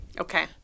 Okay